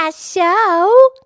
show